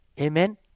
Amen